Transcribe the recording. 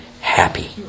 happy